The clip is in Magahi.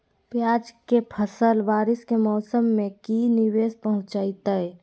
प्याज के फसल बारिस के मौसम में की निवेस पहुचैताई?